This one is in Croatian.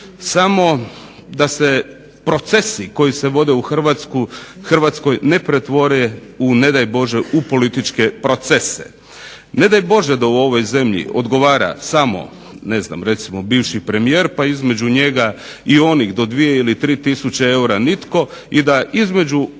samo da se procesi koji se vode u Hrvatskoj ne pretvore u ne daj Bože u političke procese. Ne daj Bože da u ovom zemlji odgovara samo ne znam recimo bivši premijer pa između njega i onih do 2 ili 3 tisuće eura nitko i da između